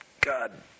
God